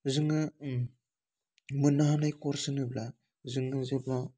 जोङो मोननो हानाय कर्स होनोब्ला जोङो जेब्ला